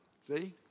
see